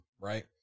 right